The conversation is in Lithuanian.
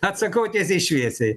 atsakau tiesiai šviesiai